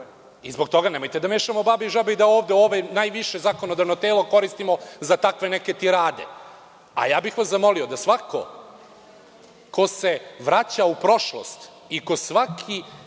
Zbog toga nemojte da mešamo babe i žabe i da ovde ovo najviše zakonodavno telo koristimo za takve neke tirade. Zamolio bih vas da svako ko se vraća u prošlost i ko svaki